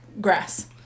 grass